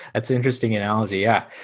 that's interesting analogy. yeah.